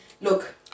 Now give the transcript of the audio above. Look